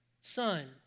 son